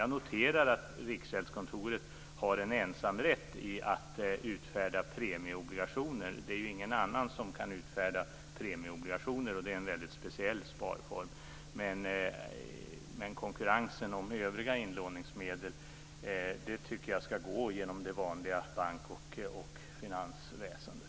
Jag noterar att Riksgäldskontoret har ensamrätt att utfärda premieobligationer. Det kan ingen annan göra, och det är en väldigt speciell sparform. Men konkurrensen om övriga inlåningsmedel tycker jag ska gå genom det vanliga bank och finansväsendet.